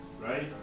right